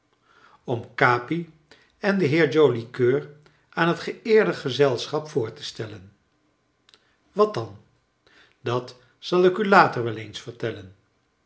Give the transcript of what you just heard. om capi en den heer joli coeur aan het geëerde gezelschap voor te stellen wat dan dat zal ik u later wel eens vertellen